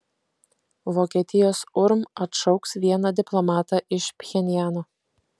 vokietijos urm atšauks vieną diplomatą iš pchenjano